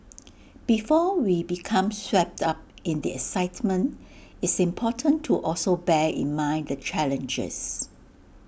before we become swept up in the excitement it's important to also bear in mind the challenges